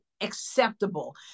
acceptable